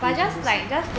没看过这些:mei you kan quo zhe xie